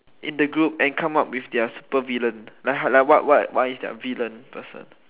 in the group and come up with their super villain like how what what what is their villain person